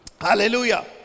Hallelujah